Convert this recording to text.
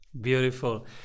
Beautiful